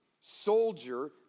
soldier